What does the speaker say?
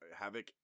havoc